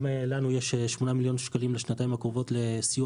גם לנו יש 8 מיליון שקלים לשנתיים הקרובות לסיוע